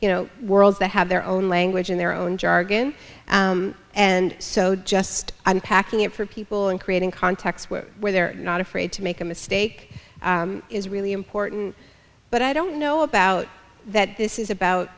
you know worlds that have their own language in their own jargon and so just unpacking it for people and creating contacts where where they're not afraid to make a mistake is really important but i don't know about that this is about